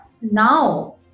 now